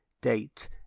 Date